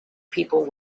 people